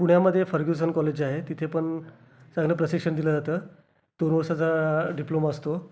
पुण्यामध्ये Fergusson college आहे तिथे पण चांगलं प्रशिक्षण दिलं जातं दोन वर्षाचा डिप्लोमा असतो